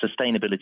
sustainability